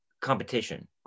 competition